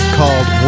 called